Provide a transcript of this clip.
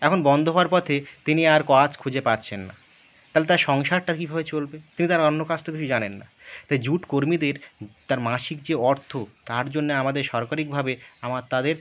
এখন বন্ধ হওয়ার পথে তিনি আর কাজ খুঁজে পাচ্ছেন না তাহলে তাঁর সংসারটা কীভাবে চলবে তিনি তো আর অন্য কাজ কিছু তো জানেন না তাই জুট কর্মীদের তাঁর মাসিক যে অর্থ তার জন্যে আমাদের সরকারিকভাবে আমার তাঁদের